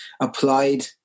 applied